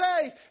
say